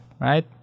right